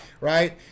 right